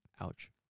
Ouch